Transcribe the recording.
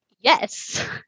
Yes